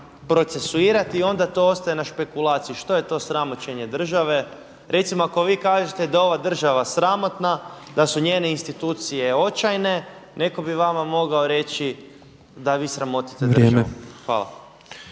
procesuirati i onda to ostaje na špekulaciji, što je to sramoćenje države? Recimo ako vi kažete da je ova država sramotna, da su njene institucije očajne netko bi vama mogao reći da vi sramotite državu.